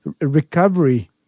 recovery